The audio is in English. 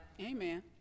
amen